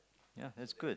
ya that's good